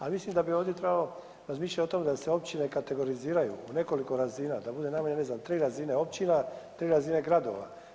Ali mislim da bi ovdje trebalo razmišljati o tome da se općine kategoriziraju u nekoliko razina, da bude najmanje tri razine općina, tri razine gradova.